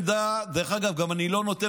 מה זה מדורג?